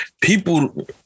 people –